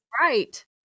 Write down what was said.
Right